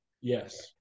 Yes